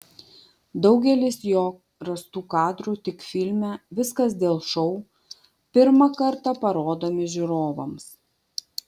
daugelis jo rastų kadrų tik filme viskas dėl šou pirmą kartą parodomi žiūrovams